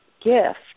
gift